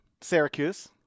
Syracuse